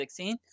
2016